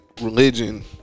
religion